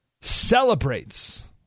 Celebrates